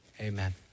Amen